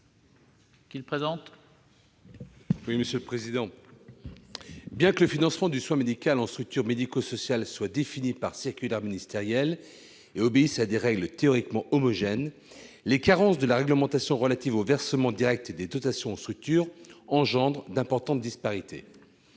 Bien que le financement du soin médical en structure médico-sociale soit défini par circulaire ministérielle et obéisse à des règles théoriquement homogènes, les carences de la réglementation relative au versement direct des dotations aux structures engendrent d'importantes disparités.